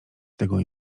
tego